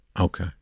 Okay